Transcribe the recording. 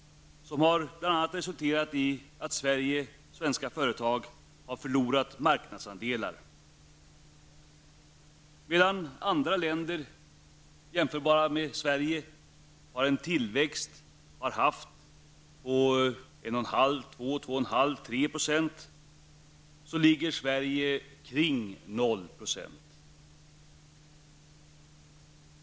Det har bl.a. resulterat i att svenska företag har förlorat marknadsandelar. Medan andra länder, jämförbara med Sverige, har haft en tillväxt på 1,5, 2, 2,5, 3 % har Sverige legat kring 0 %.